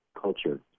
culture